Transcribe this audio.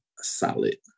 solid